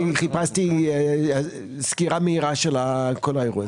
אני חיפשתי סגירה מהירה של כל האירוע,